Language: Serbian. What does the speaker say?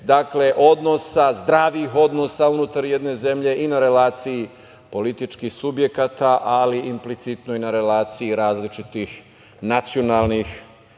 dakle zdravih odnosa unutar jedne zemlje i na relaciji političkih subjekata, ali implicitno i na relaciji različitih nacionalnih